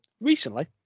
recently